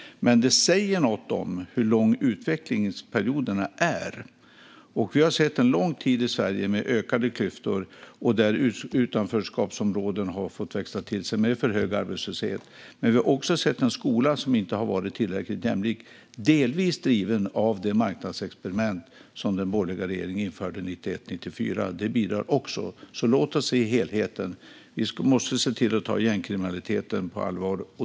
Men det säger något om hur lång utvecklingsperioden är. Vi har sett en lång tid i Sverige med ökade klyftor och där utanförskapsområden har fått växa till sig med för hög arbetslöshet. Men vi har också sett en skola som inte har varit tillräckligt jämlik - den är delvis driven av det marknadsexperiment som den borgerliga regeringen införde 1991-1994. Det bidrar också. Låt oss se helheten! Vi måste se till att ta gängkriminaliteten på allvar.